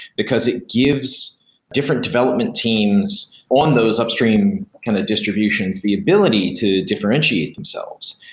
because it gives different development teams on those upstream kind of distributions the ability to differentiate themselves.